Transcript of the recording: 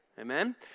Amen